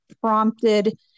prompted